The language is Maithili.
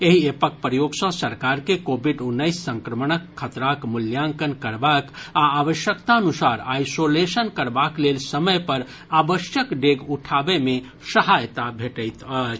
एहि एपक प्रयोग सँ सरकार के कोविड उन्नैस संक्रमणक खतराक मूल्यांकन करबाक आ आवश्यकतानुसार आइसोलेशन करबाक लेल समय पर आवश्यक डेग उठाबय मे सहायता भेटैत अछि